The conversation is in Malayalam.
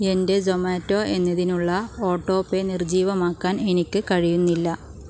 എൻ്റെ സൊമാറ്റോ എന്നതിനുള്ള ഓട്ടോപേ നിർജ്ജീവമാക്കാൻ എനിക്ക് കഴിയുന്നില്ല